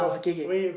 K K